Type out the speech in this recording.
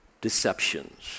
deceptions